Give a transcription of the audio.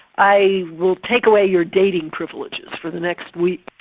i will take away your dating privileges for the next week.